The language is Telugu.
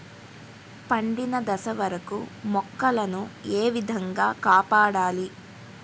పండిన దశ వరకు మొక్కల ను ఏ విధంగా కాపాడాలి?